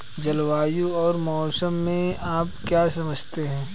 जलवायु और मौसम से आप क्या समझते हैं?